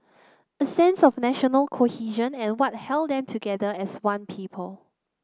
a sense of national cohesion and what held them together as one people